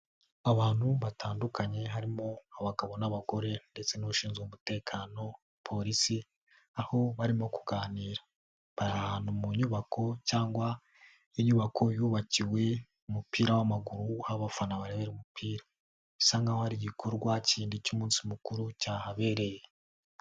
Abantu batandukanye harimo abagabo n'abagore ndetse n'ushinzwe umutekano polisi aho barimo kuganira, bari ahantu mu nyubako cyangwa inyubako yubakiwe umupira w'amaguru aho abafana barebera umupira, bisa nkaho hari igikorwa kindi cy'umunsi mukuru cyahabereye.